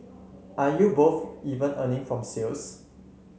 are you both even earning from sales